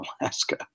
alaska